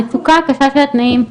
המצוקה הקשה של התנאים,